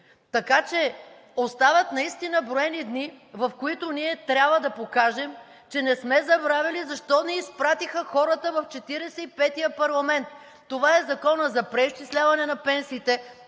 Така че остават наистина броени дни, в които ние трябва да покажем, че не сме забравили защо ни изпратиха хората в Четиридесет и петия парламент. Това е Законът за преизчисляване на пенсиите,